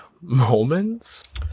moments